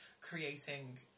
creating